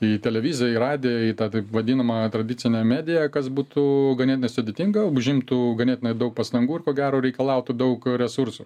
į televiziją į radiją į tą taip vadinamą tradicinę mediją kas būtų ganėtinai sudėtinga užimtų ganėtinai daug pastangų ir ko gero reikalautų daug resursų